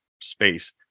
space